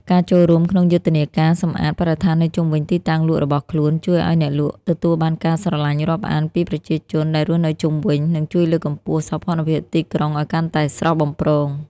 ការចូលរួមក្នុងយុទ្ធនាការសម្អាតបរិស្ថាននៅជុំវិញទីតាំងលក់របស់ខ្លួន ជួយឱ្យអ្នកលក់ទទួលបានការស្រឡាញ់រាប់អានពីប្រជាជនដែលរស់នៅជុំវិញ និងជួយលើកកម្ពស់សោភ័ណភាពទីក្រុងឱ្យកាន់តែស្រស់បំព្រង។